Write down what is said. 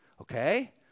okay